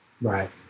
Right